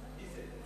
מי זה?